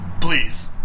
Please